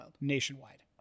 nationwide